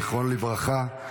זיכרונו לברכה,